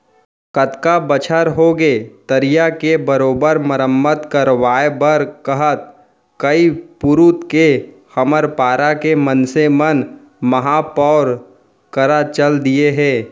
कतका बछर होगे तरिया के बरोबर मरम्मत करवाय बर कहत कई पुरूत के हमर पारा के मनसे मन महापौर करा चल दिये हें